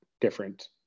different